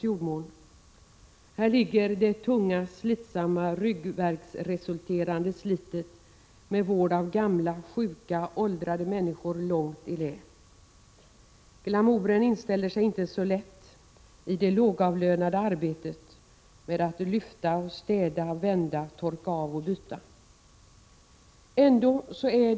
I arbetet ingår att föreslå åtgärder som på kort sikt kan öka rekryteringen av såväl vårdbiträden som arbetsledande personal i hemtjänsten.